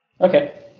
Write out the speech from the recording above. Okay